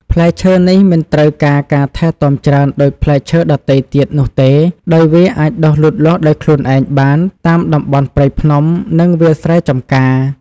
ផ្លែឈើនេះមិនត្រូវការការថែទាំច្រើនដូចផ្លែឈើដទៃទៀតនោះទេ ដោយវាអាចដុះលូតលាស់ដោយខ្លួនឯងបានតាមតំបន់ព្រៃភ្នំ និងវាលស្រែចម្ការ។